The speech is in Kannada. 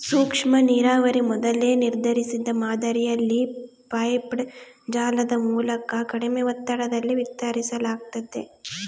ಸೂಕ್ಷ್ಮನೀರಾವರಿ ಮೊದಲೇ ನಿರ್ಧರಿಸಿದ ಮಾದರಿಯಲ್ಲಿ ಪೈಪ್ಡ್ ಜಾಲದ ಮೂಲಕ ಕಡಿಮೆ ಒತ್ತಡದಲ್ಲಿ ವಿತರಿಸಲಾಗ್ತತೆ